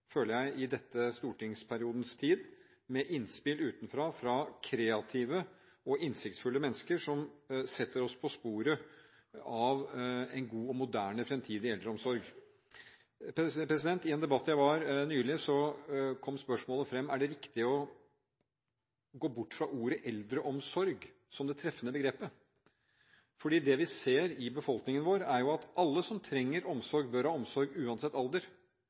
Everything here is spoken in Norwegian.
føler jeg, i denne stortingsperioden, med innspill utenfra, fra kreative og innsiktsfulle mennesker som setter oss på sporet av en god og moderne fremtidig eldreomsorg. I en debatt jeg var nylig, kom spørsmålet fram: Er det riktig å gå bort fra ordet «eldreomsorg» som det treffende begrepet? Det vi ser i befolkningen, er at alle som trenger omsorg, bør ha omsorg, uansett alder.